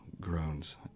groans